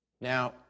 Now